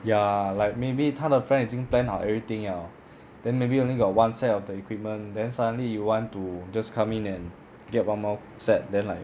ya like maybe 他的 friend 已经 plan 好 everything 了 then maybe only got one set of the equipment then suddenly you want to just come in and get one more set then like